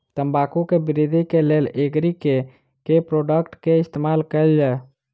तम्बाकू केँ वृद्धि केँ लेल एग्री केँ के प्रोडक्ट केँ इस्तेमाल कैल जाय?